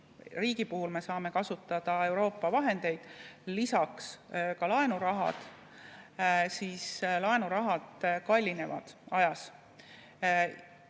riigi puhul me saame kasutada Euroopa vahendeid, lisaks ka laenuraha, siis laenuraha kallineb ajas.